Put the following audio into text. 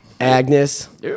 Agnes